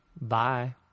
Bye